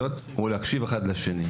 יספיקו להציב לכולם עד ה-01 לספטמבר.